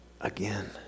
again